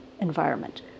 environment